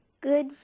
Good